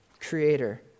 creator